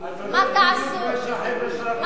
אומרת בדיוק מה שהחבר'ה שלך אמרו,